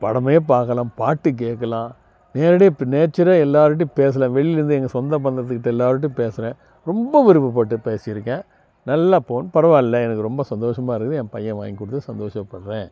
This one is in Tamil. படமே பார்க்கலாம் பாட்டு கேட்கலாம் நேரடியாக இப்போ நேச்சராக எல்லாருக்கிட்டையும் பேசலாம் வெளியிலேந்து எங்கள் சொந்தபந்தத்துக்கிட்ட எல்லாருக்கிட்டையும் பேசுகிறேன் ரொம்ப விருப்பப்பட்டு பேசி இருக்கேன் நல்ல போன் பரவாயில்ல எனக்கு ரொம்ப சந்தோஷமாக இருக்குது என் பையன் வாங்கி கொடுத்ததுக்கு சந்தோஷப்படுறேன்